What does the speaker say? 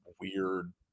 weird